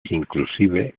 inclusive